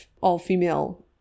all-female